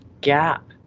gap